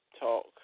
talk